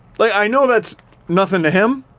like i know that's nothing to him,